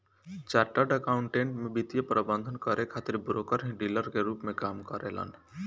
chartered accountant में वित्तीय प्रबंधन करे खातिर ब्रोकर ही डीलर के रूप में काम करेलन